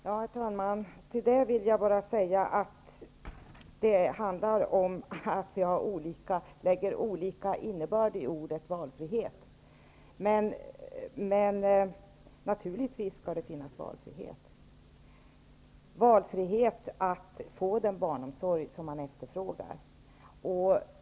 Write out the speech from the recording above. Herr talman! Till detta vill jag bara tillägga att vi lägger olika innebörd i ordet valfrihet. Men naturligtvis skall det finnas valfrihet, valfrihet att få den barnomsorg som man efterfrågar.